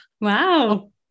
wow